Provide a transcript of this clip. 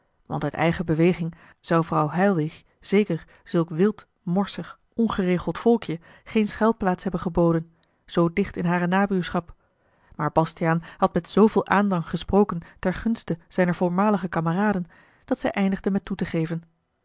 want uit eigen beweging zou vrouw heilwich zeker zulk wild morsig ongeregeld volkje geene schuilplaats hebben geboden zoo dicht in hare nabuurschap maar bastiaan had met zooveel aandrang gesproken ter gunste zijner voormalige kameraden dat zij eindigde met toe te geven